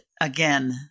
again